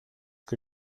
que